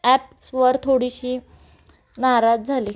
ॲपवर थोडीशी नाराज झाली